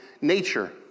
nature